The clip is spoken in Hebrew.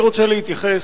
אני רוצה להתייחס,